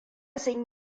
sun